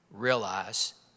realize